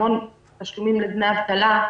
המון תשלומים לדמי אבטלה,